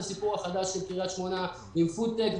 הסיפור החדש של קריית שמונה עם פודטק,